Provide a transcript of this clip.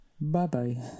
Bye-bye